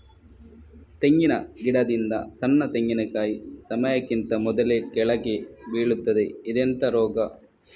ತೆಂಗಿನ ಗಿಡದಿಂದ ಸಣ್ಣ ತೆಂಗಿನಕಾಯಿ ಸಮಯಕ್ಕಿಂತ ಮೊದಲೇ ಕೆಳಗೆ ಬೀಳುತ್ತದೆ ಇದೆಂತ ರೋಗ?